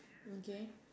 okay